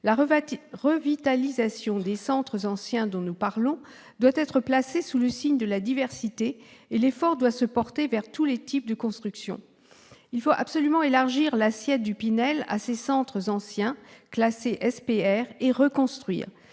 La revitalisation des centres anciens dont nous parlons doit être placée sous le signe de la diversité, et l'effort doit être porté vers tous les types de construction. Il faut absolument élargir l'assiette du Pinel à ces centres anciens classés SPR et reconstruire